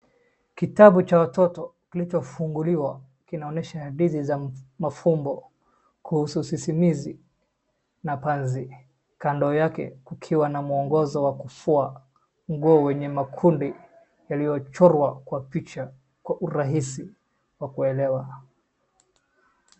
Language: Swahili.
Kitabu cha watoto kilichofunguliwa kinaonyesha hadithi za mafumbo kuhusu sisimizi na panzi, kando yake kukiwa na mwongozo wa kufua nguo yenye makundi yaliyochorwa kwa picha kwa urahisi wa kuelewa.